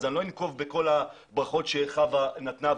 אני לא אחזור על כל הברכות שחוה נתנה,